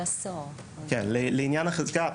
לעניין החזקה,